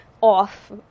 off